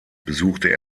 besuchte